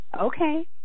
Okay